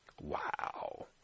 Wow